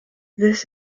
this